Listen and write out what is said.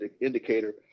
indicator